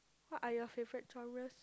what are your favourite genres